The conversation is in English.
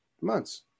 months